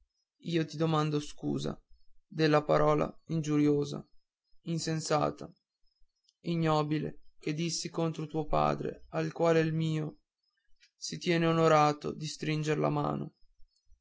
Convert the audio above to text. io ti domando scusa della parola ingiuriosa insensata ignobile che dissi contro tuo padre al quale il mio si tiene onorato di stringere la mano